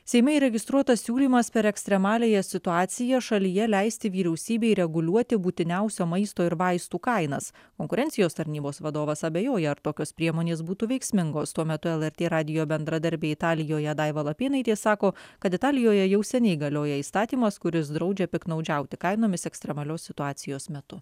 seime įregistruotas siūlymas per ekstremaliąją situaciją šalyje leisti vyriausybei reguliuoti būtiniausio maisto ir vaistų kainas konkurencijos tarnybos vadovas abejoja ar tokios priemonės būtų veiksmingos tuo metu lrt radijo bendradarbė italijoje daiva lapėnaitė sako kad italijoje jau seniai galioja įstatymas kuris draudžia piktnaudžiauti kainomis ekstremalios situacijos metu